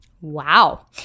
Wow